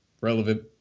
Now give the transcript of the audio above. relevant